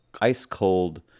ice-cold